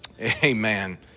Amen